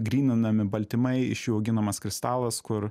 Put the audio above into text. gryninami baltymai iš jų auginamas kristalas kur